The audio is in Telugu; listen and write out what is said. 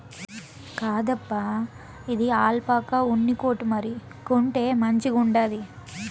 కాదప్పా, ఇది ఆల్పాకా ఉన్ని కోటు మరి, కొంటే మంచిగుండాది